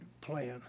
plan